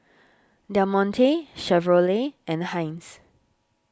Del Monte Chevrolet and Heinz